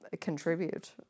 contribute